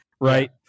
right